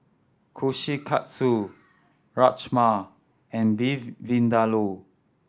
Kushikatsu Rajma and Beef Vindaloo